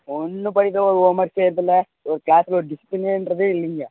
ஒன்றும் படிக்கலை ஒரு ஹோம்ஒர்க் செய்றதில்லை ஒரு கிளாஸில் ஒரு டிஸிப்லினே இன்றதே இல்லைங்க